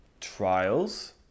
trials